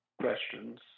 questions